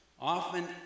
often